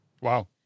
wow